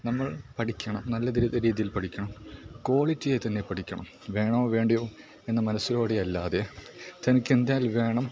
നമ്മൾ പഠിക്കണം നല്ല രീതിയിൽ പഠിക്കണം ക്വാളിറ്റിയിൽ തന്നെ പഠിക്കണം വേണോ വേണ്ടയോ എന്ന മനസ്സിലൂടെ അല്ലാതെ തനിക്ക് എന്തായാലും വേണം